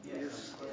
Yes